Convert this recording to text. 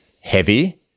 heavy